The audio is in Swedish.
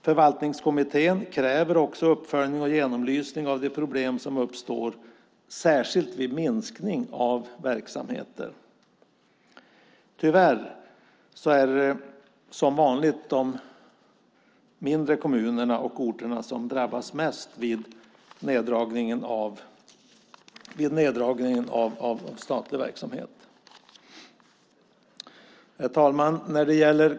Förvaltningskommittén kräver också uppföljning och genomlysning av de problem som uppstår särskilt vid minskning av verksamheter. Tyvärr är det som vanligt de mindre kommunerna och orterna som drabbas mest vid neddragningen av statlig verksamhet. Herr talman!